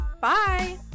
Bye